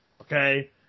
okay